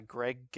Greg